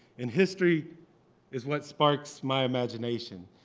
and history it's what sparks my imagination.